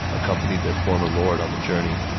accompanied their former lord on the journey.